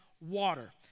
water